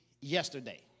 yesterday